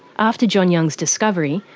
after john young's discovery,